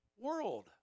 world